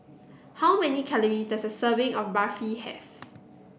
how many calories does a serving of Barfi have